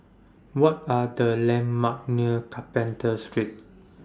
What Are The landmarks near Carpenter Street